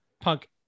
punk